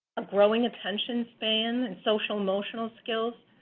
growing attention span, and social-emotional skills,